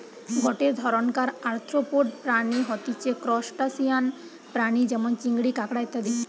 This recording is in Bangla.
গটে ধরণকার আর্থ্রোপড প্রাণী হতিছে ত্রুসটাসিয়ান প্রাণী যেমন চিংড়ি, কাঁকড়া ইত্যাদি